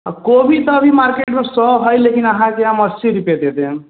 अऽ कोबी तऽ अभी मार्केटमे सओ हइ लेकिन अहाँके हम अस्सी रुपैए दऽ देम